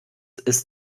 ist